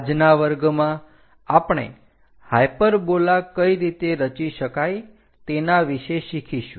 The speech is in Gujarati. આજના વર્ગમાં આપણે હાયપરબોલા કઈ રીતે રચી શકાય તેના વિશે શીખીશું